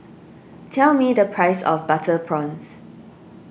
tell me the price of Butter Prawns